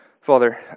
Father